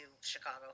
Chicago